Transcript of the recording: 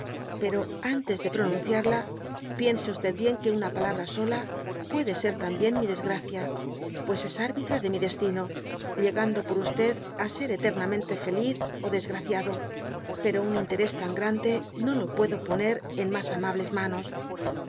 pero antes de pronunciarla piense e bien qae una palabra sola puede ser tainbin mi desgracia pues es arbitra de mi destino llegando por á ser etemamcite felix ó desgraciado pero un ínteres tan grande no lo puedo poner en mas amables